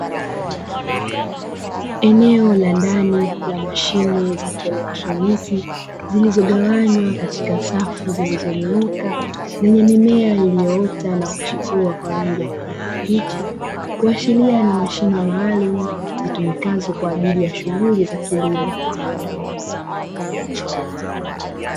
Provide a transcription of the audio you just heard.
Eneo la ndani ya mashine za kielektroniki zilizogawanywa katika safu zilizonyooka zenye mimea iliyoota na kuchipuwa kwa rangi ya kijani kibichi, kuashiria ni mashine maalumu zitumikazo kwa ajili ya shughuli za kilimo.